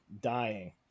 Dying